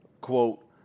quote